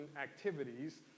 activities